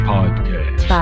Podcast